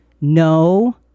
No